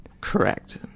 Correct